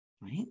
right